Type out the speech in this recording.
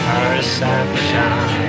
Perception